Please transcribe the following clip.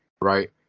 Right